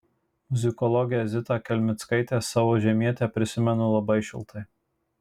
muzikologę zita kelmickaitę savo žemietę prisimenu labai šiltai